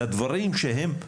בדברים שהם מפתיעים,